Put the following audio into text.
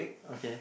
okay